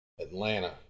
Atlanta